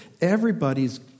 everybody's